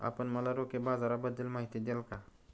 आपण मला रोखे बाजाराबद्दल माहिती द्याल का?